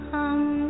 Come